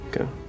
Okay